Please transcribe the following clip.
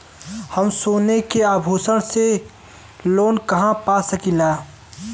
हम सोने के आभूषण से लोन कहा पा सकीला?